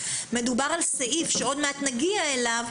מדובר על סעיף שעוד מעט נגיע אליו,